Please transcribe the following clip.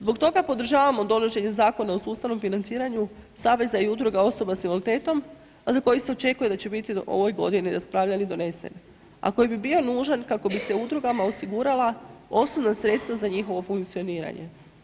Zbog toga podržavamo donošenje Zakona o sustavnom financiranju saveza i udruga osoba s invaliditetom, a za koji se očekuje da će biti do ove godine raspravljan i donesen, a koji bi bio nužan kako bi se udrugama osigurala osnovna sredstva za njihovo funkcioniranje.